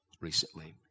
recently